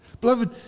Beloved